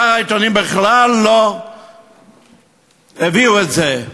שאר העיתונים בכלל לא הביאו את זה,